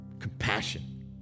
Compassion